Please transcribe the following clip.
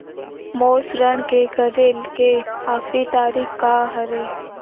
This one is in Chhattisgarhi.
मोर ऋण के करे के आखिरी तारीक का हरे?